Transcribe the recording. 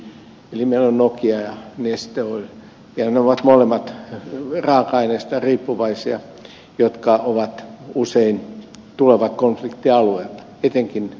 eli meillä on nokia ja neste oil ja ne ovat molemmat raaka aineista riippuvaisia jotka raaka aineet usein tulevat konfliktialueilta etenkin nokian